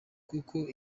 kuko